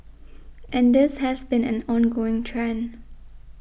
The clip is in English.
and this has been an ongoing trend